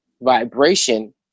vibration